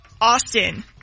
Austin